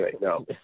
no